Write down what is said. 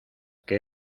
que